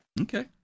okay